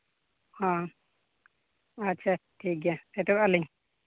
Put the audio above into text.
ᱦᱮᱸ ᱟᱪᱷᱟ ᱴᱷᱤᱠ ᱜᱮᱭᱟ ᱥᱮᱴᱮᱨᱚᱜ ᱟᱹᱞᱤᱧ